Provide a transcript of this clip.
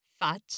faccia